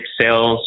sales